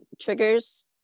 triggers